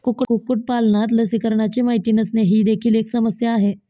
कुक्कुटपालनात लसीकरणाची माहिती नसणे ही देखील एक समस्या आहे